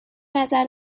نظر